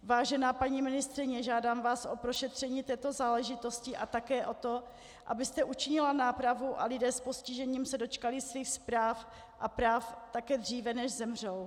Vážená paní ministryně, žádám vás o prošetření této záležitosti a také o to, abyste učinila nápravu a lidé s postižením se dočkali svých zpráv a práv také dříve, než zemřou.